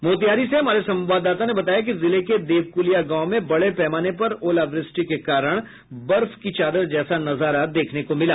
मोतिहारी से हमारे संवाददाता ने बताया कि जिले के देवक्लिया गांव में बड़े पैमाने पर ओलावृष्टि के कारण बर्फ का चादर जैसा नजारा देखने को मिला